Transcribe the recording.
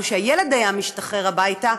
או כשהילד היה משתחרר הביתה,